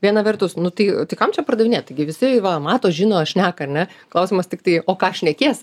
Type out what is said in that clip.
viena vertus nu tai tai kam čia pardavinėt taigi visi va mato žino šneka ar ne klausimas tiktai o ką šnekės